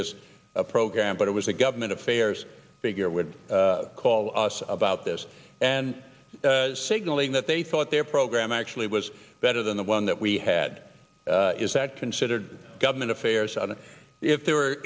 this program but it was a government affairs figure would call us about this and signaling that they thought their program actually was better than the one that we had is that considered government affairs and if they were